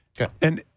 Okay